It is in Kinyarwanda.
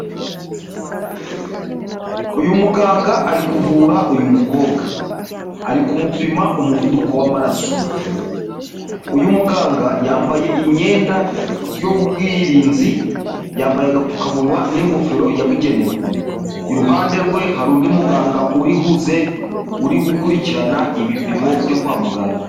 Uyu muganga ari kuvura uyu mukobwa, ari kumupima umuvuduko w'amaraso, uyu muganga yambaye imyenda y'ubwirinzi, yambaye agapfukamunwa n'ingofero yabugenewe, iruhande rwe hari undi muganga uhuze, uri gukurikirana ibipimo byo kwa muganga.